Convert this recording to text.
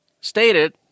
stated